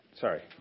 Sorry